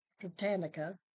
Britannica